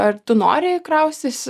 ar tu noriai krausteisi